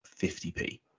50p